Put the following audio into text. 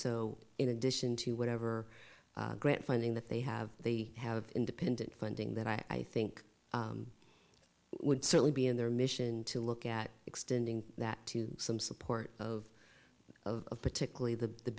so in addition to whatever grant funding that they have they have independent funding that i think would certainly be in their mission to look at extending that to some support of of particularly the the